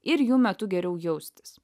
ir jų metu geriau jaustis